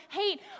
hate